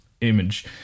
image